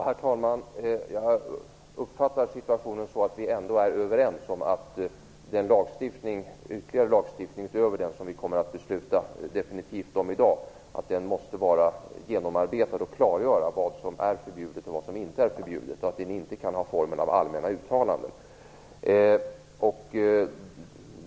Herr talman! Jag uppfattar situation så att vi ändå är överens om att ytterligare lagstiftning, utöver den som vi kommer att definitivt besluta om i dag, måste vara genomarbetad och klargöra vad som är förbjudet och inte är förbjudet. Den kan inte ha formen av allmänna uttalanden.